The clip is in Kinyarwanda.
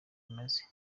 imaze